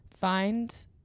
find